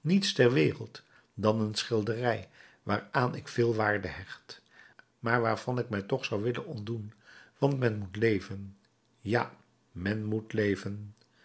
niets ter wereld dan een schilderij waaraan ik veel waarde hecht maar waarvan ik mij toch zou willen ontdoen want men moet leven ja men moet leven